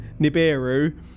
Nibiru